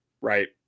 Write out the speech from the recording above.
right